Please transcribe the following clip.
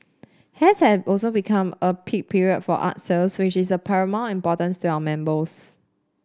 has also become a peak period for art sales which is paramount importance to our members